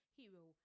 hero